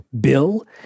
bill